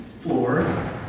floor